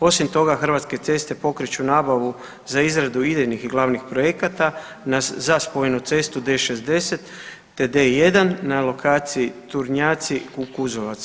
Osim toga Hrvatske ceste pokreću nabavu za izradu idejnih i glavnih projekata za spojenu cestu D-60, te D-1 na lokaciji Turnjaci-Kukuzovac.